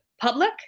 public